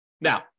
Now